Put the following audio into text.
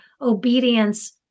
obedience